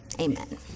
Amen